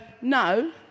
no